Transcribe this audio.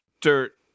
dirt